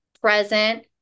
present